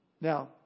Now